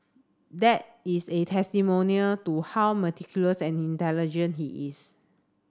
that is a testimonial to how meticulous and intelligent he is